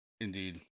indeed